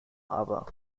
harbour